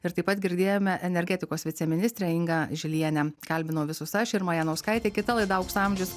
ir taip pat girdėjome energetikos viceministrę ingą žilienę kalbinau visus aš irma janauskaitė kita laida aukso amžius